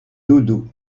doudou